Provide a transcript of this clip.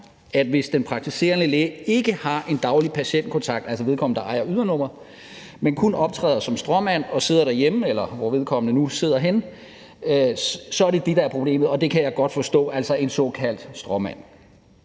er, når den praktiserende læge ikke har en daglig patientkontakt – altså vedkommende, der ejer ydernummeret – men kun optræder som stråmand og sidder derhjemme, eller hvor vedkommende nu sidder henne. Det er det, der er problemet, og det kan jeg godt forstå, hvis det altså er en såkaldt stråmand.